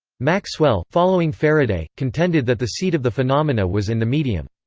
maxwell, following faraday, contended that the seat of the phenomena was in the medium.